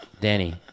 Danny